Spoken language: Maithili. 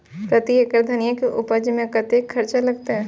प्रति एकड़ धनिया के उपज में कतेक खर्चा लगते?